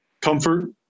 Comfort